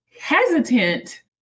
hesitant